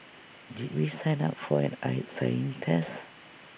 did we sign up for an eye sighing test